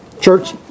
Church